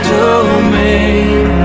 domain